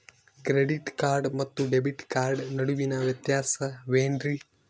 Credit card ಮತ್ತು debit card ನಡುವಿನ ವ್ಯತ್ಯಾಸ ವೇನ್ರೀ?